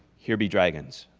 here be dragons.